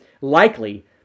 likely